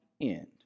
end